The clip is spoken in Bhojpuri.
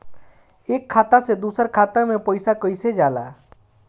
एक खाता से दूसर खाता मे पैसा कईसे जाला?